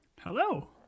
Hello